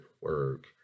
work